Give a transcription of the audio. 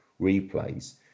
replays